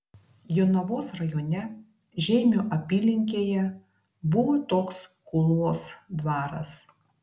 jonavos rajone žeimio apylinkėje buvo toks kulvos dvaras